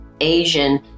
Asian